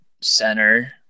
center